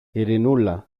ειρηνούλα